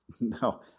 No